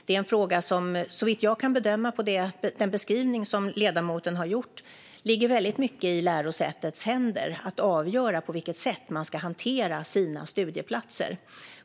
Det är en fråga som, såvitt jag kan bedöma av den beskrivning som ledamoten har gjort, ligger väldigt mycket i lärosätets händer - att avgöra på vilket sätt man ska hantera sina studieplatser.